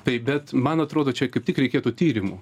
taip bet man atrodo čia kaip tik reikėtų tyrimų